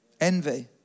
Envy